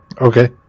Okay